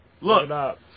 Look